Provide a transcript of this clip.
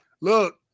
Look